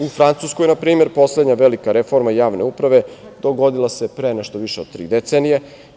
U Francuskoj, na primer, poslednja velika reforma javne uprave dogodila se pre nešto više od tri decenije.